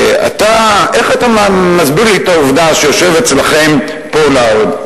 איך אתה מסביר לי את העובדה שיושב אצלכם פולארד,